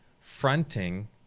fronting